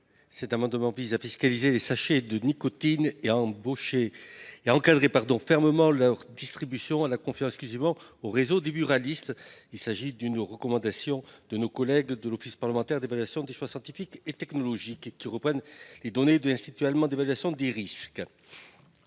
Cet amendement vise à fiscaliser les sachets de nicotine et à encadrer fermement leur distribution, en confiant exclusivement celle ci au réseau des buralistes. Il s’agit d’une recommandation de nos collègues de l’Office parlementaire d’évaluation des choix scientifiques et technologiques, qui se sont appuyés pour la formuler sur une étude de l’Institut fédéral allemand d’évaluation des risques.